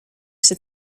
się